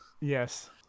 Yes